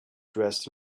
dressed